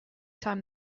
time